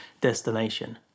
destination